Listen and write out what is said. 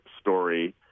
story